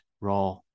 raw